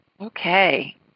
Okay